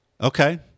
Okay